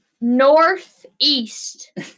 northeast